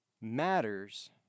matters